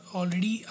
already